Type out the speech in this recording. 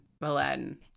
Aladdin